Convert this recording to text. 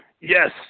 Yes